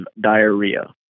diarrhea